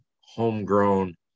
homegrown